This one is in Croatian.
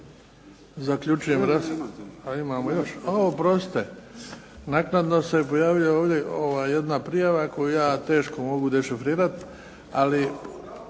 razumije./ ... Imamo još. Oprostite. Naknadno se pojavila ovdje jedna prijava koju ja teško mogu dešifrirati.